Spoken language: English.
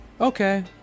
okay